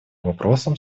вопросам